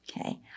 Okay